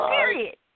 Period